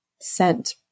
sent